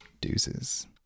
Deuces